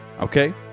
Okay